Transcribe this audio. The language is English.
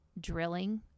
drilling